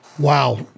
Wow